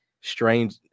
strange